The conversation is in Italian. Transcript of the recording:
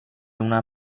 una